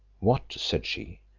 what! said she,